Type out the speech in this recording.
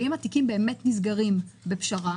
ואם התיקים באמת נסגרים בפשרה,